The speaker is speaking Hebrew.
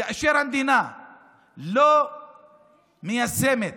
כאשר המדינה לא מיישמת